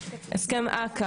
הסכם אכ"א